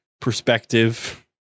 perspective